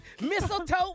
Mistletoe